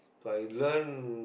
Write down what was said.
but I learn